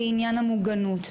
לעניין המוגנות,